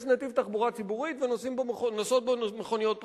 יש נתיב תחבורה ציבורית ונוסעות בו מכוניות פרטיות,